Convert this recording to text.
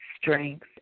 strength